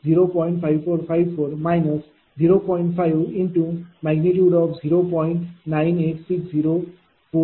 986042 0